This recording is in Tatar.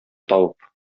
табып